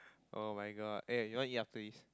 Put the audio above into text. [oh]-my-god eh you want eat after this